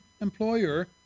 employer